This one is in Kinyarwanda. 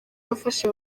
yafashe